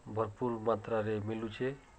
ଭର୍ପୁର୍ ମାତ୍ରାରେ ମିଲୁଛେ